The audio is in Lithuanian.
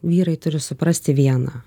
vyrai turi suprasti viena